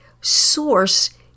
Source